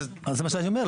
אז זה מה שאני אומר.